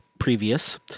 previous